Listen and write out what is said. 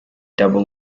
double